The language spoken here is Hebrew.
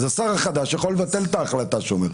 אז השר החדש יכול לבטל את ההחלטה שלו.